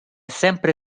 sempre